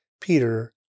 Peter